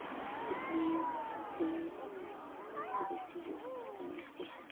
फुट्ने प्लेट कपहरू चाहिँ बेसी युज गर्दैनौँ के हामी